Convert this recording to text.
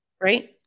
right